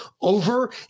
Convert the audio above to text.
over